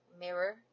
mirror